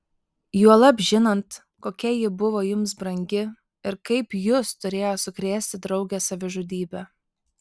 juolab žinant kokia ji buvo jums brangi ir kaip jus turėjo sukrėsti draugės savižudybė